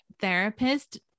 therapist